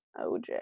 OJ